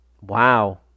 Wow